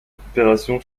opération